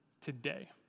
today